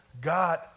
God